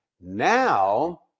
Now